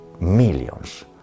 millions